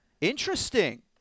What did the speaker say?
Interesting